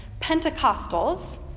Pentecostals